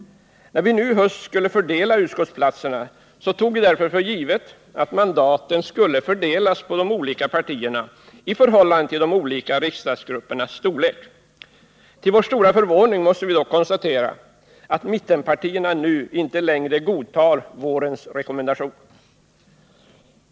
När vi nu i höst skulle fördela utskottsplatserna tog vi därför för givet att mandaten skulle fördelas på de olika partierna i förhållande till de olika riksdagsgruppernas storlek. Till vår stora förvåning måste vi dock konstatera att mittenpartierna nu inte längre godtar vårens rekommendation.